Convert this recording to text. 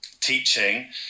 teaching